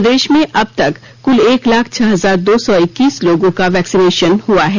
प्रदेश में अब तक कुल एक लाख छह हजार दो सौ इक्कसीस लोगों का वैक्सीनेशन हुआ है